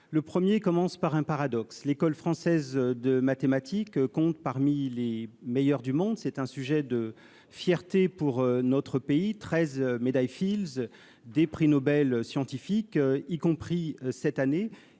le 1er commence par un paradoxe : l'école française de mathématiques comptent parmi les meilleurs du monde, c'est un sujet de fierté pour notre pays 13 médailles Fields des prix Nobel scientifiques y compris cette année